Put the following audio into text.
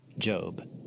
Job